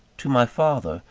to my father,